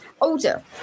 older